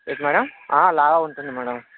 ఏంటి మ్యాడం ఆ లావా ఉంటుంది మ్యాడం